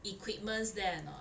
equipments there or not